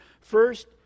First